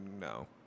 No